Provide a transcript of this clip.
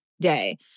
day